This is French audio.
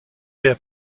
faits